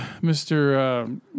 Mr